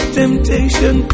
temptation